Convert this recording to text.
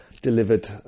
delivered